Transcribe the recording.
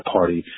Party